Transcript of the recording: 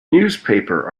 newspaper